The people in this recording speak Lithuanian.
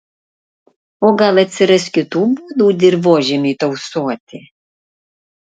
o gal atsiras kitų būdų dirvožemiui tausoti